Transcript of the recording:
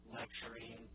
lecturing